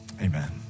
Amen